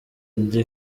eddy